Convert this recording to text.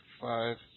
five